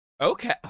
Okay